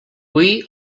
hui